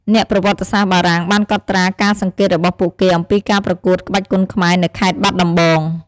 អ្នកប្រវត្តិសាស្រ្តបារាំងបានកត់ត្រាការសង្កេតរបស់ពួកគេអំពីការប្រកួតក្បាច់គុនខ្មែរនៅខេត្តបាត់ដំបង។